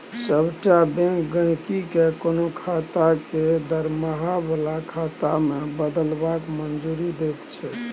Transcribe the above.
सभटा बैंक गहिंकी केँ कोनो खाता केँ दरमाहा बला खाता मे बदलबाक मंजूरी दैत छै